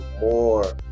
more